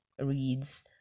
reads